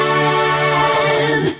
Man